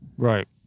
Right